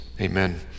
Amen